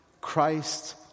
Christ